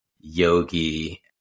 yogi